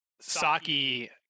Saki